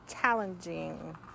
challenging